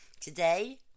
Today